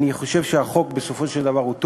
אני חושב שהחוק הוא בסופו של דבר טוב.